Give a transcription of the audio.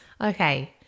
Okay